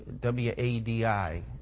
w-a-d-i